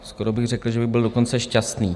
Skoro bych řekl, že bych byl dokonce šťastný.